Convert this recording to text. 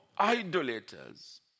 idolaters